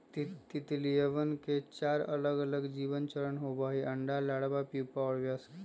तितलियवन के चार अलगअलग जीवन चरण होबा हई अंडा, लार्वा, प्यूपा और वयस्क